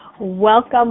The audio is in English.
Welcome